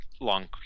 Long